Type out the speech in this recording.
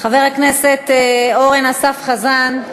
חבר הכנסת אורן אסף חזן.